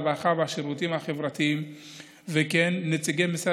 הרווחה והשירותים החברתיים וכן נציגי משרד